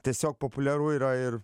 tiesiog populiaru yra ir